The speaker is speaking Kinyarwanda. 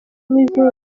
n’izindi